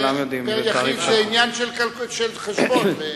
זה עניין של חשבון.